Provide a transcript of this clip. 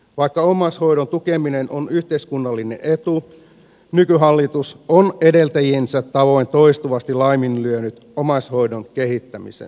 vaikka omaishoidon tukeminen on yhteiskunnallinen etu nykyhallitus on edeltäjiensä tavoin toistuvasti laiminlyönyt omaishoidon kehittämisen